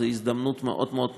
זאת הזדמנות מאוד מאוד נכונה,